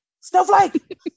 snowflake